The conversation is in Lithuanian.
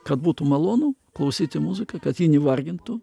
kad būtų malonu klausyti muziką kad ji nevargintų